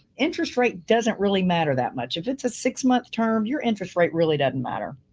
interest rate doesn't really matter that much. if it's a six month term, your interest rate really doesn't matter,